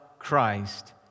Christ